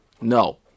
no